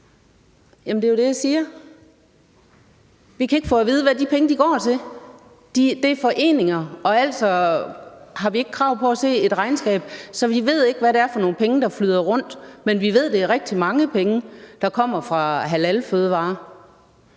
Jamen det er jo det, jeg siger. Vi kan ikke få at vide, hvad de penge går til. Det er foreninger, og altså har vi ikke krav på at se et regnskab, så vi ved ikke, hvad det er for nogle penge, der flyder rundt, men vi ved, at det er rigtig mange penge, der kommer fra halalfødevarer.